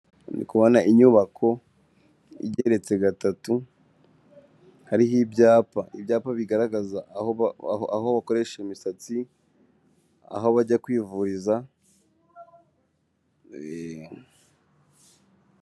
Ndi kubona inyubako igeretse gatatu, hariho ibyapa, ibyapa bigaragaza aho bakoresha imisatsi, aho bajya kwivuriza.